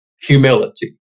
humility